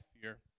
fear